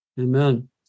Amen